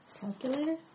Calculator